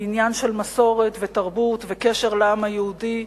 עניין של מסורת ותרבות וקשר לעם היהודי,